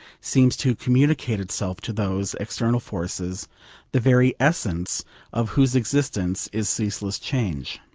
seems to communicate itself to those external forces the very essence of whose existence is ceaseless change.